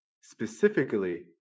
specifically